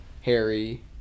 Harry